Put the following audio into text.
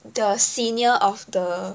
the senior of the